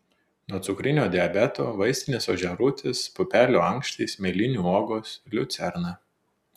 nuo cukrinio diabeto vaistinis ožiarūtis pupelių ankštys mėlynių uogos liucerna